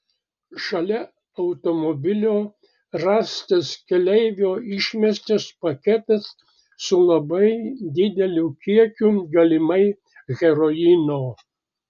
šalia automobilio rastas keleivio išmestas paketas su labai dideliu kiekiu galimai heroino